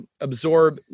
absorb